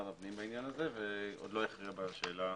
הפנים בעניין הזה ועוד לא הכריעה בשאלה.